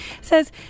says